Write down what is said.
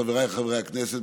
חבריי חברי הכנסת,